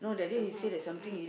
somehow ah